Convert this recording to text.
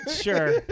sure